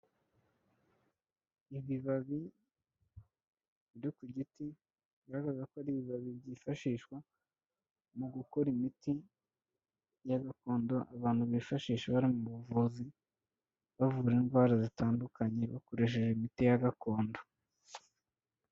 Ibibabi biri ku giti bigaragaza ko ari ibibabi byifashishwa mu gukora imiti ya gakondo abantu bifashisha bari mu buvuzi bavura indwara zitandukanye bakoresheje imiti ya gakondo.